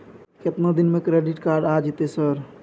केतना दिन में क्रेडिट कार्ड आ जेतै सर?